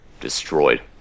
destroyed